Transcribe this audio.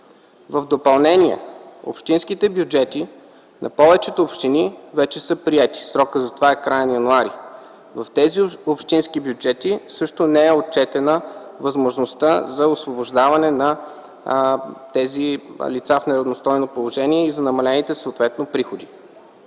В допълнение, общинските бюджети на повечето общини вече са приети. Срокът за това е краят на м. януари. В тези общински бюджети също не е отчетена възможността за освобождаване на тези лица в неравностойно положение и за намалените съответно приходи.